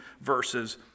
verses